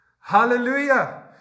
hallelujah